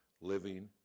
living